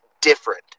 different